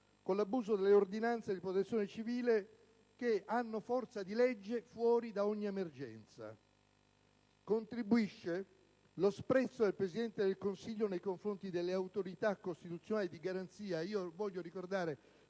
con l'abuso delle ordinanze di protezione civile, che hanno forza di legge fuori da ogni emergenza. Vi contribuisce, ancora, lo sprezzo del Presidente del Consiglio nei confronti delle autorità costituzionali di garanzia